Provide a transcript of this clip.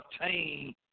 obtain